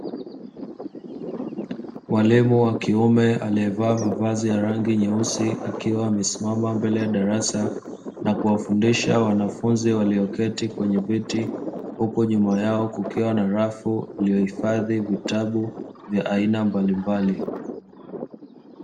Mwalimu wa kiume aliyevaa mavazi ya rangi nyeusi, akiwa amesimama mbele ya darasa na kuwafundisha wanafunzi walioketi kwenye viti, huku nyuma yao kukiwa na rafu iliyohifadhi vitabu vya aina mbalimbali.